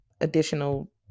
additional